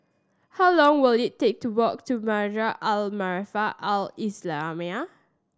how long will it take to walk to Madrasah Al Maarif Al Islamiah